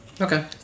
okay